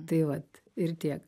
tai vat ir tiek